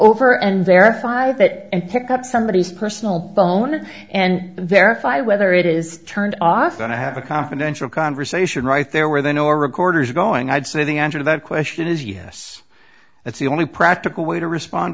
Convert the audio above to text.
over and their five it and pick up somebody personal boehner and verify whether it is turned off going to have a confidential conversation right there where they know recorders going i'd say the answer to that question is yes that's the only practical way to respond